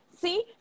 see